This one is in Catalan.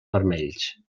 vermells